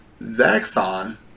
Zaxxon